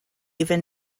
even